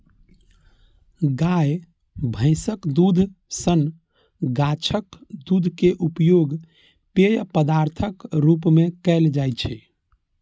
गाय, भैंसक दूधे सन गाछक दूध के उपयोग पेय पदार्थक रूप मे कैल जाइ छै